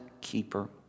keeper